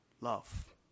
Love